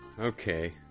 Okay